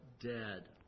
dead